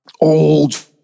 Old